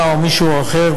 אתה או מישהו אחר,